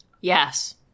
Yes